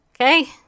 Okay